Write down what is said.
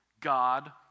God